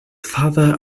father